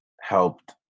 helped